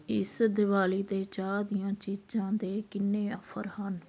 ਇਸ ਦੀਵਾਲੀ 'ਤੇ ਚਾਹ ਦੀਆਂ ਚੀਜ਼ਾਂ ਦੇ ਕਿੰਨੇ ਆਫਰ ਹਨ